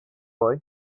boy